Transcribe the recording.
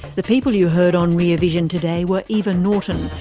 the people you heard on rear vision today were eva norton,